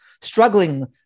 struggling